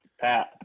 Pat